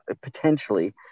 potentially